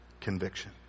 Conviction